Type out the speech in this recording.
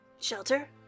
Shelter